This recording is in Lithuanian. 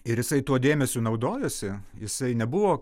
ir jisai tuo dėmesiu naudojosi jisai nebuvo